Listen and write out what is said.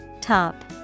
Top